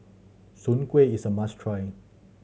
Soon Kueh is a must try